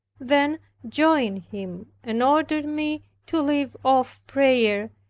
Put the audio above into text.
then joined him and ordered me to leave off prayer,